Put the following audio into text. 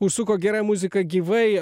užsuko gera muzika gyvai